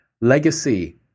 legacy